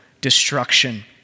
destruction